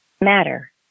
Matter